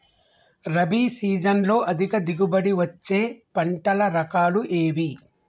రబీ సీజన్లో అధిక దిగుబడి వచ్చే పంటల రకాలు ఏవి?